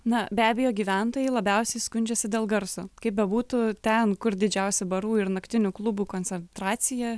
na be abejo gyventojai labiausiai skundžiasi dėl garso kaip bebūtų ten kur didžiausia barų ir naktinių klubų koncentracija